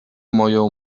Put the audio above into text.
moją